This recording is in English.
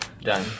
Done